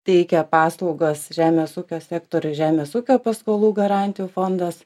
teikė paslaugas žemės ūkio sektoriui žemės ūkio paskolų garantijų fondas